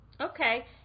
Okay